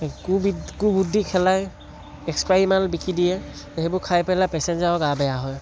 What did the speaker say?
কু কুবুদ্ধি খেলাই এচপায়ী মাল বিকি দিয়ে সেইবোৰ খাই পেলাই পেচেঞ্জাৰৰ গা বেয়া হয়